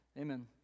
Amen